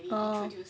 oh